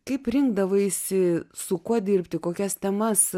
kaip rinkdavaisi su kuo dirbti kokias temas